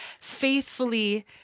faithfully